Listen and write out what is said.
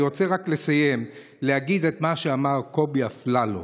אני רק רוצה לסיים, להגיד את מה שאמר קובי אפללו.